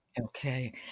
Okay